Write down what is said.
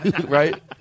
right